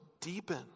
deepen